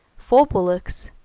four bullocks,